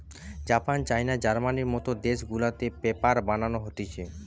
Japan, China, জার্মানির মত দেশ গুলাতে পেপার বানানো হতিছে